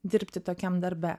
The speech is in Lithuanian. dirbti tokiam darbe